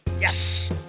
Yes